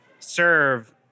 serve